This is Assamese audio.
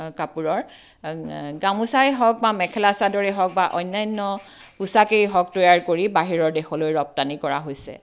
কাপোৰৰ গামোচাই হওক বা মেখেলা চাদৰেই হওক বা অন্যান্য পোচাকেই হওক তৈয়াৰ কৰি বাহিৰৰ দেশলৈ ৰপ্তানি কৰা হৈছে